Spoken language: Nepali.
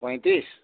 पैँतिस